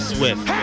Swift